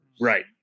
Right